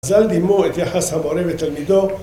‫אז אל דימו את יחס הבורא ותלמידו.